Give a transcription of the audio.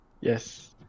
Yes